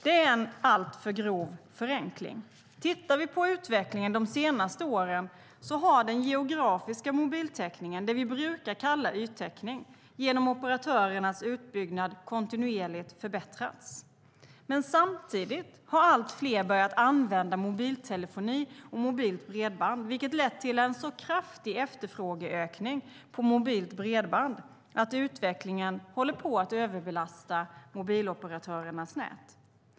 Det är en alltför grov förenkling. Tittar vi på utvecklingen de senaste åren har den geografiska mobiltäckningen, det vi brukar kalla yttäckning, genom operatörernas utbyggnad kontinuerligt förbättrats. Men samtidigt har allt fler börjat använda mobiltelefoni och mobilt bredband, vilket lett till en så kraftig efterfrågeökning på mobilt bredband att utvecklingen håller på att överbelasta mobiloperatörernas nät.